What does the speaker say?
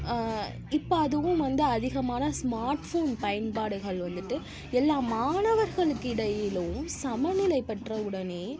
இப்போ அதுவும் வந்து அதிகமான ஸ்மார்ட் போன் பயன்பாடுகள் வந்துட்டு எல்லா மாணவர்களுக்கு இடையிலும் சமநிலை பெற்ற உடனே